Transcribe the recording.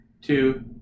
two